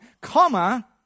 comma